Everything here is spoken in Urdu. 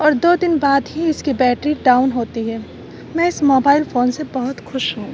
اور دو دن بعد ہی اس کی بیٹری ڈاؤن ہوتی ہے میں اس موبائل فون سے بہت خوش ہوں